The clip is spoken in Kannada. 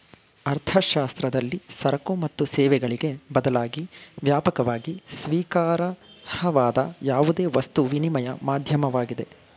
ಅರ್ಥಶಾಸ್ತ್ರದಲ್ಲಿ ಸರಕು ಮತ್ತು ಸೇವೆಗಳಿಗೆ ಬದಲಾಗಿ ವ್ಯಾಪಕವಾಗಿ ಸ್ವೀಕಾರಾರ್ಹವಾದ ಯಾವುದೇ ವಸ್ತು ವಿನಿಮಯ ಮಾಧ್ಯಮವಾಗಿದೆ